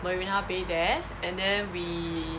marina bay there and then we